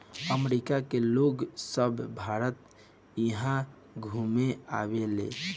अमरिका के लोग सभ भारत इहा घुमे आवेले